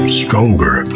stronger